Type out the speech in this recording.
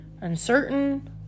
uncertain